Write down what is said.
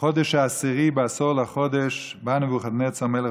"בחדש העשירי בעשור לחדש בא נבכדנאצר מלך